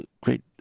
great